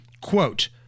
Quote